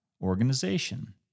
organization